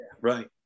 Right